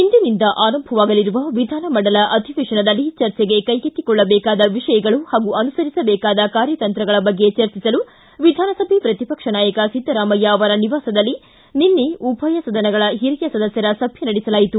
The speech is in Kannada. ಇಂದಿನಿಂದ ಆರಂಭವಾಗಲಿರುವ ವಿಧಾನ ಮಂಡಲ ಅಧಿವೇತನದಲ್ಲಿ ಚರ್ಚಿಗೆ ಕೈಗೆತ್ತಿಕೊಳ್ಳದೇಕಾದ ವಿಷಯಗಳು ಹಾಗೂ ಅನುಸರಿಸಬೇಕಾದ ಕಾರ್ಯತಂತ್ರಗಳ ಬಗ್ಗೆ ಚರ್ಚಿಸಲು ವಿಧಾನಸಭೆ ಪ್ರತಿಪಕ್ಷ ನಾಯಕ ಸಿದ್ದರಾಮಯ್ಯ ಅವರ ನಿವಾಸದಲ್ಲಿ ನಿನ್ನೆ ಉಭಯ ಸದನಗಳ ಹಿರಿಯ ಸದಸ್ಟರ ಸಭೆ ನಡೆಸಲಾಯಿತು